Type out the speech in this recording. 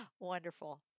Wonderful